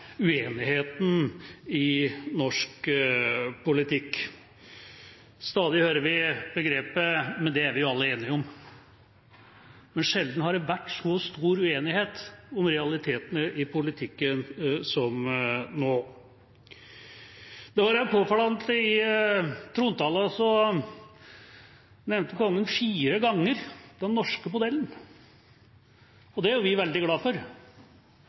uenigheten i norsk politikk. Stadig hører vi uttrykket «men det er vi jo alle enige om», men sjelden har det vært så stor uenighet om realitetene i politikken som nå. Det er påfallende at Kongen i trontalen fire ganger nevnte den norske modellen, og det er vi veldig glad for.